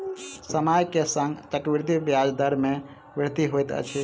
समय के संग चक्रवृद्धि ब्याज दर मे वृद्धि होइत अछि